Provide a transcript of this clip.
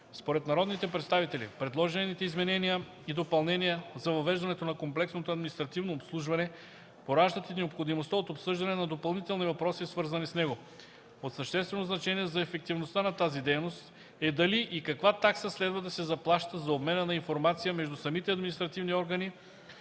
Според народните представители предложените изменения и допълнения за въвеждането на комплексното административно обслужване пораждат и необходимостта от обсъждане на допълнителни въпроси, свързани с него. От съществено значение за ефективността на тази дейност е дали и каква такса следва да се заплаща за обмена на информация между самите административни органи